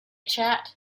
chat